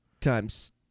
Times